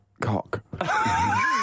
cock